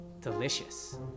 delicious